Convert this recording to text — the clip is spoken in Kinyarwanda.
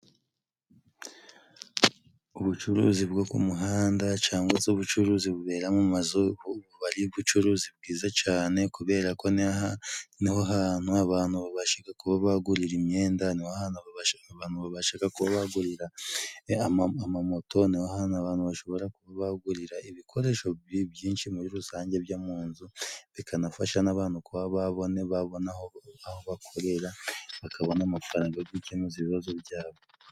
Ubucuruzi bwo ku muhanda cangwa se ubucuruzi bubera mu mazu. Aba ari ubucuruzi bwiza cane kubera ko ni ho hantu abantu babasha kuba bagurira imyenda ni ho hantu abantu babashaga kuba bagurira amamoto, ni ho hantu abantu bashobora kuba bagurira ibikoresho byinshi muri rusange byo mu nzu, bikanafasha n'abantu kuba babona aho bakorera, bakabona amafaranga yo gukemura ibibazo byabo.